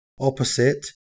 opposite